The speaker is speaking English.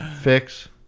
Fix